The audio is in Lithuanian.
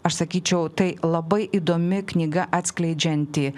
aš sakyčiau tai labai įdomi knyga atskleidžianti